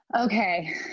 Okay